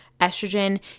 estrogen